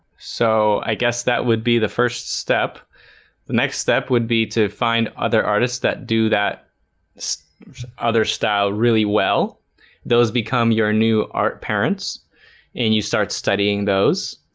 so i guess that would be the first step the next step would be to find other artists that do that other style really? well those become your new art parents and you start studying those